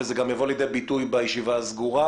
וזה גם יבוא לידי ביטוי בישיבה הסגורה.